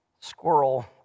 squirrel